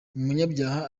umunyabyaha